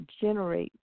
generate